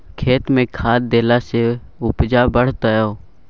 खेतमे खाद देलासँ उपजा बढ़तौ